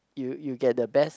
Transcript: you you get the best